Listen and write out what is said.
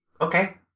Okay